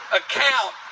account